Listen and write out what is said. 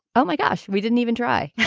oh, my gosh we didn't even try.